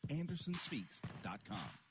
andersonspeaks.com